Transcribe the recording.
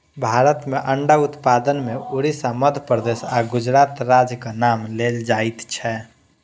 भारत मे अंडा उत्पादन मे उड़िसा, मध्य प्रदेश आ गुजरात राज्यक नाम लेल जाइत छै